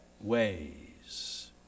ways